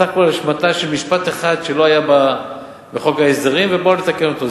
סך הכול השמטה של משפט אחד שלא היה בחוק ההסדרים ובאו לתקן אותו,